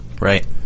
Right